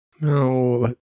No